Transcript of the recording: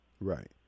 Right